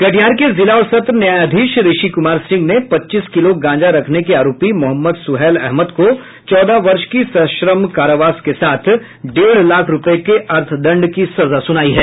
कटिहार के जिला और सत्र न्यायाधीश ऋषि कुमार सिंह ने पच्चीस किलो गांजा रखने के आरोपी मोहम्मद सुहैल अहमद को चौदह वर्ष की सश्रम कारावास के साथ डेढ़ लाख रूपये के अर्थदंड की सजा सुनाई है